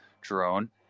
drone